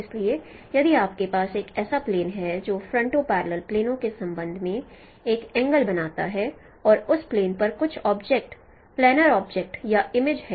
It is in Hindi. इसलिए यदि आपके पास एक ऐसा प्लेन है जो फरनटो पैरलल प्लेनों के संबंध में एक एंगल बनाता है और उस प्लेन पर कुछ ऑब्जेक्ट प्लानर ऑब्जेक्ट या इमेज है